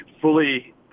fully –